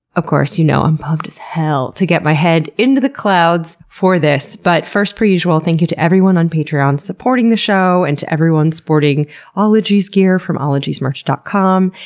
of course you know i'm pumped as hell to get my head into the clouds for this. but first, per usual, thank you to everyone on patreon supporting the show and to everyone sporting ologies gear from ologiesmerch dot com.